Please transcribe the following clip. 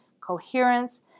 coherence